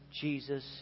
Jesus